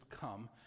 come